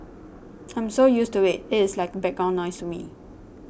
I'm so used to it it is like background noise to me